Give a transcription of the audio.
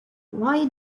why